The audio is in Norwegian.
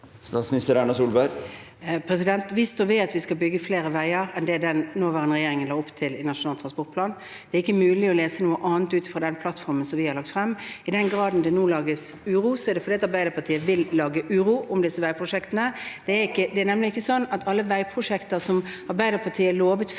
Statsminister Erna Solberg Vi står ved at vi skal bygge flere veier enn det den forhenværende regjeringen la opp til i Nasjonal transportplan. Det er ikke mulig å lese noe annet ut av den plattformen som vi har lagt frem. I den grad det nå lages uro, er det fordi Arbeiderpartiet vil lage uro om disse veiprosjektene. Det er nemlig ikke sånn at alle veiprosjekter som Arbeiderpartiet lovet før